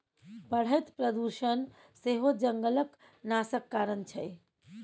बढ़ैत प्रदुषण सेहो जंगलक नाशक कारण छै